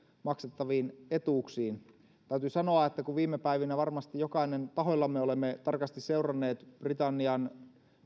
maksettaviin etuuksiin täytyy sanoa että kun viime päivinä varmasti jokainen tahoillamme olemme tarkasti seuranneet britannian